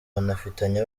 banafitanye